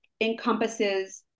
encompasses